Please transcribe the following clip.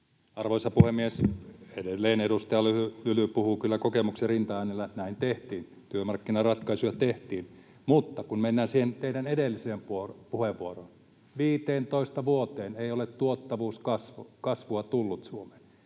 Arvoisa puhemies! Edelleen edustaja Lyly puhuu kyllä kokemuksen rintaäänellä, että näin tehtiin, työmarkkinaratkaisuja tehtiin. Mutta mennään siihen teidän edelliseen puheenvuoroonne. Viiteentoista vuoteen ei ole tuottavuuskasvua tullut Suomeen.